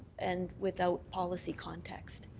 and without policy context.